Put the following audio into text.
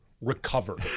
recovered